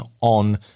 on